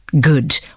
Good